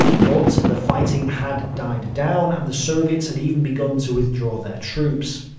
but the fighting had died down, and the soviets had even begun to withdraw their troops.